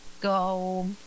go